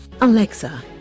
Alexa